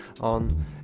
on